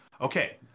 Okay